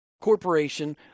corporation